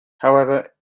however